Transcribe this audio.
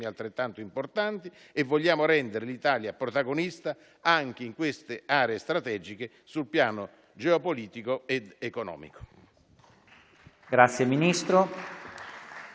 altrettanto importanti e vogliamo rendere l'Italia protagonista anche in queste aree strategiche sul piano geopolitico ed economico.